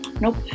nope